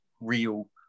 real